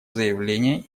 заявление